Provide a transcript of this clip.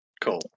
Cool